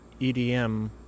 EDM